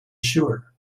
sure